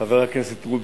חבר הכנסת ראובן